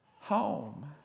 home